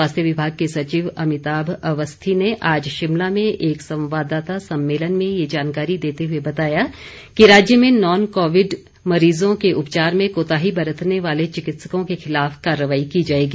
स्वास्थ्य विभाग के सचिव अमिताभ अवस्थी ने आज शिमला में एक संवाददाता सम्मेलन में ये जानकारी देते हुए बताया कि राज्य में नॉन कोविड मरीजों के उपचार में कोताही बरतने वाले चिकित्सकों के खिलाफ कार्रवाई की जाएगी